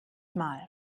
mal